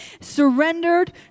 surrendered